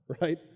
right